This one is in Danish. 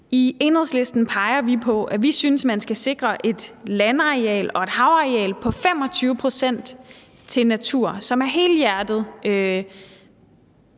I Enhedslisten peger vi på, at vi synes, at man skal sikre et landareal og et havareal på 25 pct., som er helhjertet